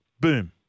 Boom